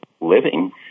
living